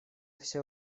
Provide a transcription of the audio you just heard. все